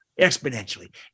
Exponentially